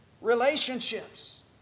relationships